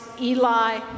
Eli